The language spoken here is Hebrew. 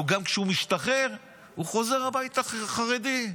וגם כשהוא משתחרר הוא חוזר הביתה חרדי.